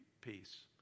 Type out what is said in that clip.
peace